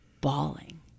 bawling